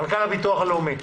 מנכ"ל הביטוח הלאומי.